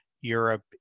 Europe